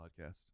podcast